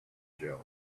jell